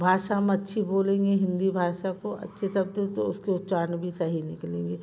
भाषा हम अच्छी बोलेंगे हिंदी भाषा को अच्छे से आती हो तो उसके उच्चारण भी सही निकलेंगे